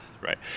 Right